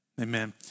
amen